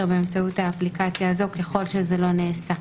באמצעות האפליקציה הזו ככל שזה לא נעשה.